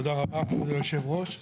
תודה רבה, כבוד היושב-ראש.